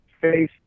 face